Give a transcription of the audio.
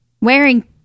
Wearing